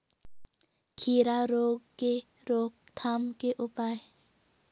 खीरा रोग के रोकथाम के उपाय?